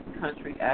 country